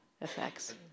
effects